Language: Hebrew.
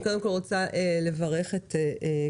אני קודם כל רוצה לברך את כולכם.